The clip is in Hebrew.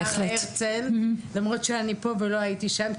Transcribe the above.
אנחנו היום נהיה בהר הרצל למרות שאני פה ולא הייתי שם,